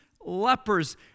lepers